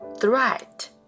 threat